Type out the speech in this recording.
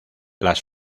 las